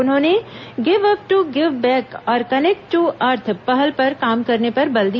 उन्होंने give up to give back और connect to earth पहल पर काम करने पर बल दिया